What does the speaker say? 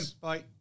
Bye